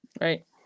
Right